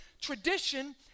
tradition